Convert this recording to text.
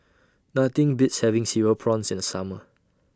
Nothing Beats having Cereal Prawns in The Summer